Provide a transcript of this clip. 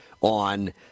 on